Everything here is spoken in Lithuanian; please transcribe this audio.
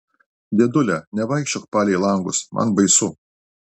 dėdule nevaikščiok palei langus man baisu